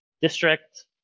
District